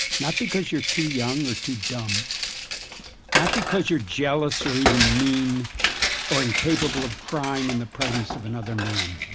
not because you're too young or too dumb not because you're jealous or even mean or incapable of crying in the presence of another man,